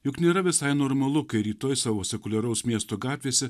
juk nėra visai normalu kai rytoj savo sekuliaraus miesto gatvėse